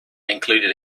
included